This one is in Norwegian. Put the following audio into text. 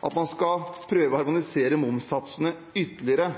at man skal prøve å harmonisere momssatsene ytterligere.